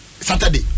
Saturday